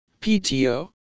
PTO